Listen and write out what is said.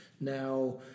Now